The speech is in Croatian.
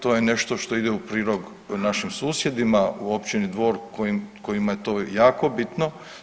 To je nešto što ide u prilog našim susjedima u općini Dvor kojima je to jako bitno.